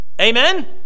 Amen